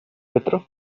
petrov